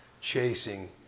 chasing